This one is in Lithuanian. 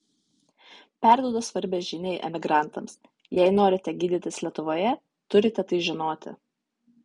perduoda svarbią žinią emigrantams jei norite gydytis lietuvoje turite tai žinoti